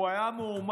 הוא היה מועמד